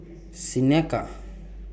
Seneca